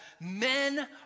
men